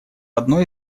одной